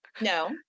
No